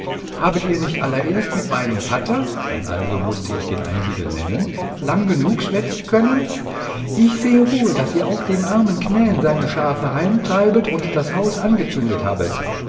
habet ihr nicht allererst mit meinem vatter dann also mußte ich den einsiedel nennen lang genug schwätzen können ich sehe wohl daß ihr auch dem armen knän seine schafe heimtreibet und das haus angezündet habet